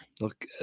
look